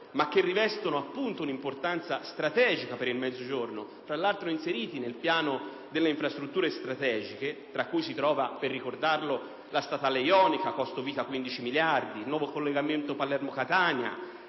e che rivestono un'importanza strategica per il Mezzogiorno, fra l'altro inseriti nel piano delle infrastrutture strategiche (tra cui si trova, per ricordarlo, la statale ionica con un costo vita di 15 miliardi di euro, il nuovo collegamento Palermo-Catania